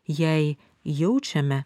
jei jaučiame